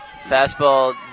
Fastball